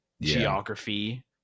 geography